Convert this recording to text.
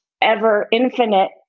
ever-infinite